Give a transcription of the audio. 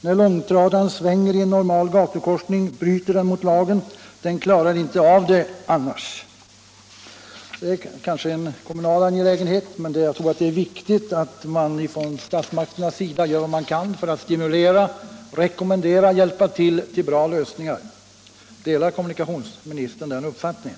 När långtradaren svänger i en normal gatukorsning bryter föraren mot lagen. Man klarar inte av svängen annars. Detta är kanske en kommunal angelägenhet, men jag tror att det är viktigt att statsmakterna gör vad de kan för att stimulera till en bättre lösning. Delar kommunikationsministern den uppfattningen?